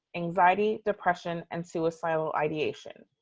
anxiety, depression, and suicidal ideation,